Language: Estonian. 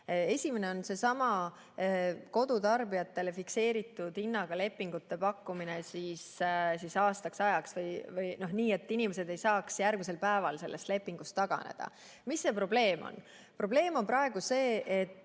Esimene on seesama kodutarbijatele fikseeritud hinnaga lepingute pakkumine aastaks ajaks või nii, et inimesed ei saaks järgmisel päeval sellest lepingust taganeda. Mis see probleem on?